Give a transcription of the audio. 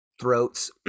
throats